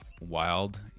wild